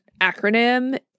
acronym